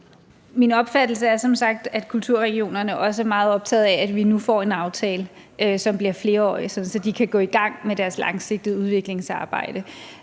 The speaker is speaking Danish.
Min opfattelse er som sagt, at kulturregionerne er meget optagede af, at vi nu får en aftale, som bliver flerårig, så de kan gå i gang med deres langsigtede udviklingsarbejde.